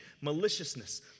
maliciousness